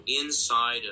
inside